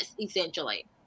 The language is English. essentially